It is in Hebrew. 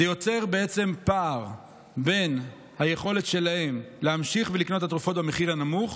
זה יוצר פער בין היכולת שלהם להמשיך ולקנות את התרופות במחיר הנמוך